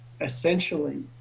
essentially